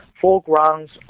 foregrounds